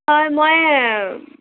হয় মই